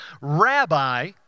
Rabbi